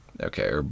Okay